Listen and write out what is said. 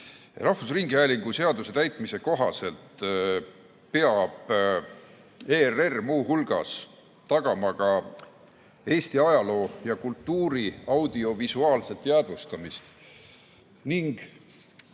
Rahvusringhäälingu seaduse kohaselt peab ERR muu hulgas tagama Eesti ajaloo ja kultuuri audiovisuaalse jäädvustamise,